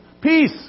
Peace